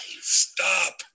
Stop